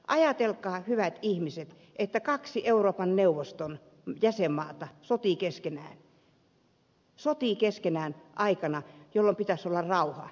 ajatelkaa hyvät ihmiset että kaksi euroopan neuvoston jäsenmaata sotii keskenään sotii keskenään aikana jolloin pitäisi olla rauha